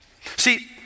see